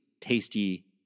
tasty